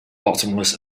bottomless